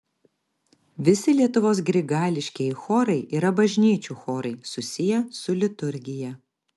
visi lietuvos grigališkieji chorai yra bažnyčių chorai susiję su liturgija